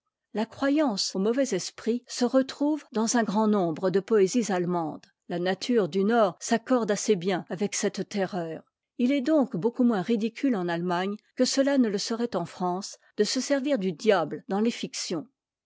la croyance aux mauvais esprits se retrouve dans un grand nombre de poésies allemandes la nature du nord s'accorde assez bien avec cette terreur il est donc beaucoup moins ridicule en allemagne que cela ne le serait en france de se servir du diable dans les fictions